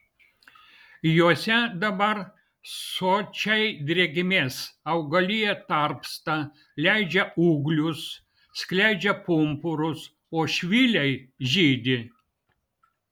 jose dabar sočiai drėgmės augalija tarpsta leidžia ūglius skleidžia pumpurus o švyliai žydi